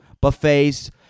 buffets